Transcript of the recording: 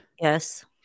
Yes